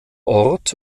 ort